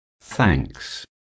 Thanks